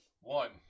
one